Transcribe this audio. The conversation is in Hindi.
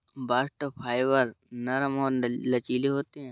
बास्ट फाइबर नरम और लचीले होते हैं